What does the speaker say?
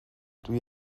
dwi